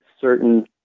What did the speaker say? certain